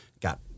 got